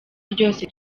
ryose